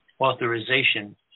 authorization